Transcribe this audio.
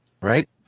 right